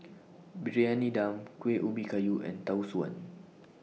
Briyani Dum Kuih Ubi Kayu and Tau Suan